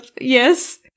yes